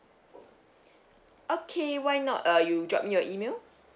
okay why not uh you drop me your email